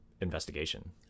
investigation